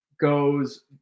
goes